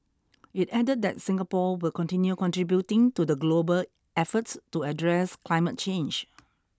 it added that Singapore will continue contributing to the global effort to address climate change